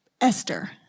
Esther